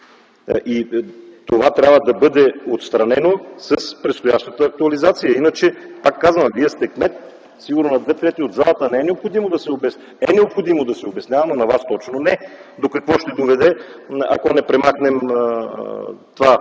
Това трябва да бъде отстранено с предстоящата актуализация. Иначе, пак казвам: Вие сте кмет, сигурно за две трети от залата е необходимо да се обяснява, но на Вас точно – не, до какво ще доведе, ако не възстановим